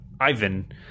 Ivan